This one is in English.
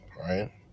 right